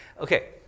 Okay